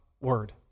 Word